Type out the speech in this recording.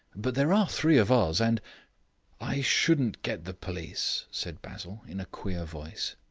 but there are three of us, and i shouldn't get the police, said basil in a queer voice.